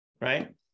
right